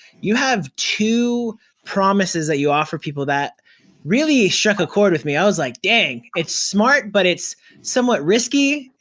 you have two promises that you offer people that really struck a cord with me. i was like, dang, it's smart but it's somewhat risky.